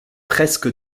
presque